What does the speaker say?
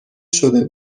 شده